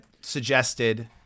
suggested